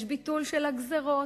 יש ביטול של הגזירות,